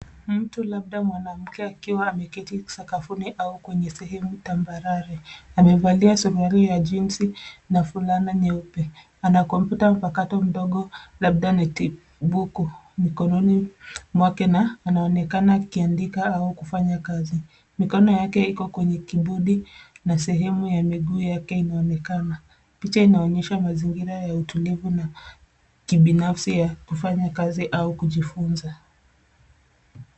Mtu labda mwanamke akiwa amekiti sakafuni au kwenye sehemu tambarare, amevalia suruali ya jinsi na fulana nyeupe ana kompyuta mpakato mdogo labda notebook mikononi mwake na anaonekana akiandika au kufanya kazi. Mikono yake iko kwenye kibodi na sehemu ya miguu yake inaonekana. Picha inaonyesha mazingira ya utulivu na kibinafsi ya kufanya kazi au kujifunza.